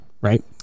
right